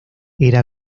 era